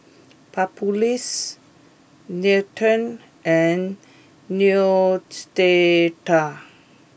Papulex Nutren and Neostrata